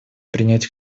принять